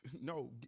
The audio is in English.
no